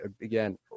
Again